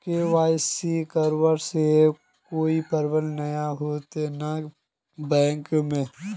KYC करबे से कोई प्रॉब्लम नय होते न बैंक में?